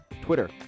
twitter